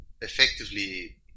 effectively